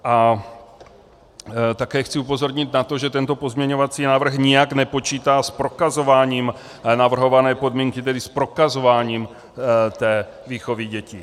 A také chci upozornit na to, že tento pozměňovací návrh nijak nepočítá s prokazováním navrhované podmínky, tedy s prokazováním té výchovy dětí.